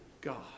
God